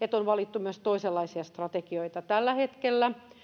että on valittu myös toisenlaisia strategioita tällä hetkellä